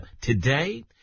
today